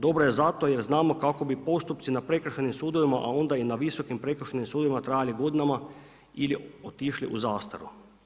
Dobro je zato jer znamo kako bi postupci na Prekršajnim sudovima, a onda i na Visokim prekršajnim sudovima trajali godinama ili otišli u zastaru.